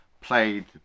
played